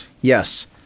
Yes